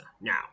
Now